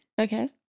Okay